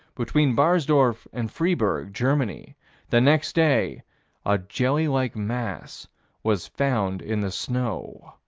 between barsdorf and freiburg, germany the next day a jelly-like mass was found in the snow